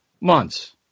months